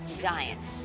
Giants